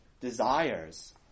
desires